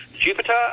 Jupiter